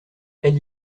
elle